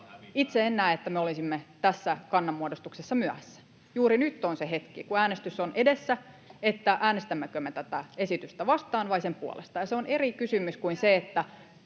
Itse en näe, että me olisimme tässä kannanmuodostuksessa myöhässä. Juuri nyt on se hetki, kun äänestys on edessä: äänestämmekö me tätä esitystä vastaan vai sen puolesta. [Sari Sarkomaan välihuuto]